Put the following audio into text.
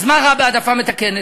אז מה רע בהעדפה מתקנת?